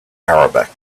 arabic